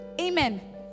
Amen